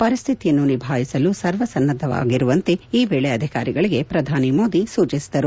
ಪರಿಸ್ಥಿತಿಯನ್ನು ನಿಭಾಯಿಸಲು ಸರ್ವ ಸನ್ನದ್ದವಾಗುವಂತೆ ಈ ವೇಳೆ ಅಧಿಕಾರಿಗಳಿಗೆ ಶ್ರಧಾನಿ ಮೋದಿ ಸೂಚನೆ ನೀಡಿದರು